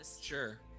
Sure